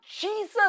Jesus